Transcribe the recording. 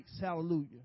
Hallelujah